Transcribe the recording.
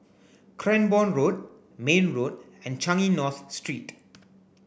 Cranborne Road Mayne Road and Changi North Street